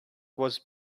was